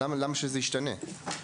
למה שזה ישתנה?